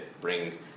bring